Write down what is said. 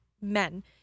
men